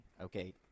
Okay